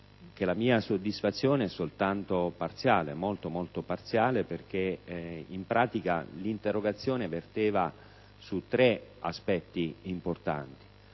la mia soddisfazione è soltanto parziale, molto parziale, perché l'interrogazione verteva su tre aspetti importanti: